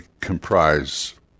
comprise